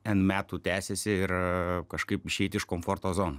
n metų tęsiasi ir kažkaip išeit iš komforto zonos